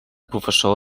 professor